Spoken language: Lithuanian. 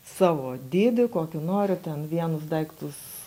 savo dėdį kokį nori ten vienus daiktus